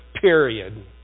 Period